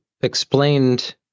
explained